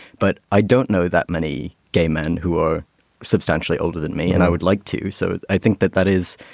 but i don't know that many gay men who are substantially older than me and i would like to. so i think that that is